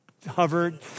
hovered